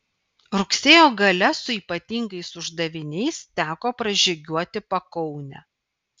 rugsėjo gale su ypatingais uždaviniais teko pražygiuoti pakaunę